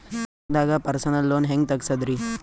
ಬ್ಯಾಂಕ್ದಾಗ personal loan ಹೆಂಗ್ ತಗ್ಸದ್ರಿ?